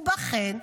ובכן,